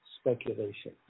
speculation